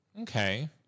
Okay